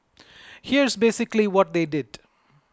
here's basically what they did